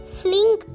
fling